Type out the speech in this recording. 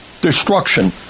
destruction